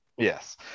Yes